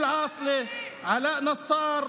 אסיל עאסלה, עלאא נסאר,